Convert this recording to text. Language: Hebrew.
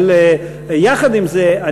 אבל יחד עם זאת,